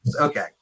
okay